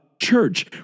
church